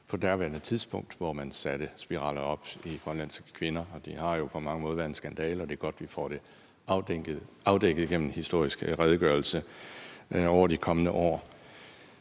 på daværende tidspunkt, hvor man satte spiraler op i grønlandske kvinder. Det har jo på mange måder været en skandale, og det er godt, vi får det afdækket gennem historisk redegørelse over de kommende år.